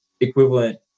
equivalent